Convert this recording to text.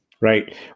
Right